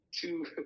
two